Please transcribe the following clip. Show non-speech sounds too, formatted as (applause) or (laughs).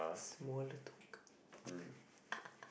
smaller token (laughs)